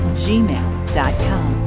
gmail.com